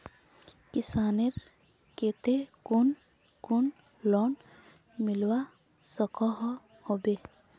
किसानेर केते कुन कुन लोन मिलवा सकोहो होबे?